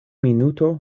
minuto